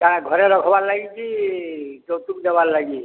କା'ଣା ଘରେ ରଖବାର୍ ଲାଗି କି ଯୌତୁକ ଦେବାର୍ ଲାଗି